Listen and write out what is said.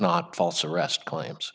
not false arrest claims